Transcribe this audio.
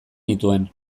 nituen